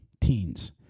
teens